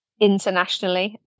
internationally